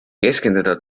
keskenduda